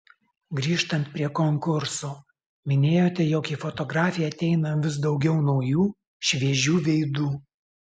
grįžtant prie konkurso minėjote jog į fotografiją ateina vis daugiau naujų šviežių veidų